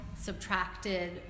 Subtracted